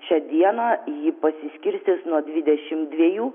šią dieną ji pasiskirstys nuo dvidešim dviejų